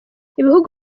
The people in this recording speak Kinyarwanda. ibihugu